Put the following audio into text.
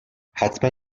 حتما